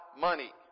money